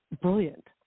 brilliant